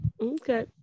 Okay